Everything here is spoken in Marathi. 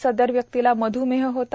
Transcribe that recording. सदर व्यक्तीला मध्मेह होता